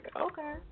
Okay